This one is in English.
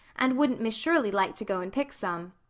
and wouldn't miss shirley like to go and pick some.